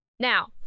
Now